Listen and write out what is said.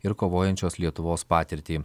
ir kovojančios lietuvos patirtį